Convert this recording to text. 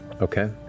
Okay